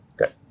Okay